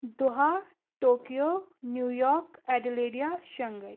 Doha Tokyo New York Adelaide Shanghai